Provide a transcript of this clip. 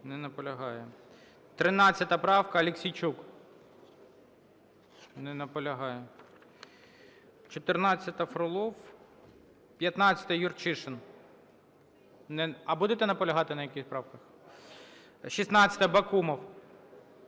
Не наполягає. 13 правка, Аліксійчук. Не наполягає. 14-а, Фролов. 15-а, Юрчишин. А будете наполягати на якихось правках? 16-а, Бакумов.